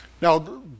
Now